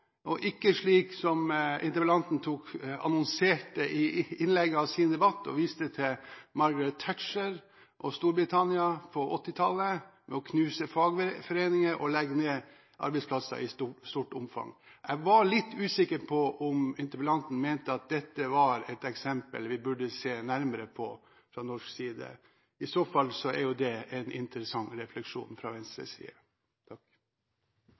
og ikke slik som interpellanten annonserte i innleggene sine i debatten da hun viste til Margaret Thatcher og Storbritannia på 1980-tallet og det å knuse fagforeninger og legge ned arbeidsplasser i stort omfang. Jeg var litt usikker på om interpellanten mente at dette var et eksempel vi burde se nærmere på fra norsk side. I så fall er jo det en interessant refleksjon fra Venstres side.